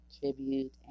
tribute